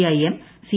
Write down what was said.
IM C